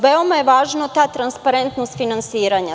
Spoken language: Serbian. Veoma je važna ta transparentnost finansiranja.